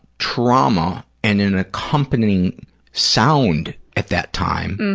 trauma and an accompanying sound at that time